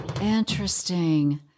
Interesting